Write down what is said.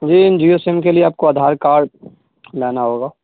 جی Jio SIM کے لیے آپ کو ادھار کارڈ لانا ہوگا